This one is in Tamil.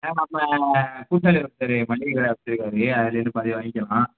ஆ நம்ம கூட்டாளி ஒருத்தர் மளிகைக் கடை வச்சிருக்காரு அதில் இருந்து பாதியை வாங்கிக்கலாம்